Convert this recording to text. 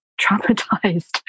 traumatized